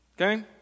Okay